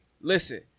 listen